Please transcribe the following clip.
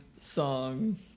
song